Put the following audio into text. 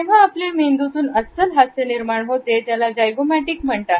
जेव्हा आपल्या मेंदूतून अस्सल हास्य निर्माण होते त्याला जायगो मॅटिक म्हणतात